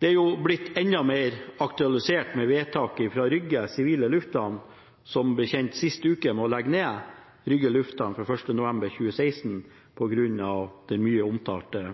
Dette er blitt enda mer aktualisert med vedtaket fra Rygge sivile lufthavn, som ble kjent sist uke, om å legge ned Moss Lufthavn Rygge fra 1. november 2016 på grunn av den mye omtalte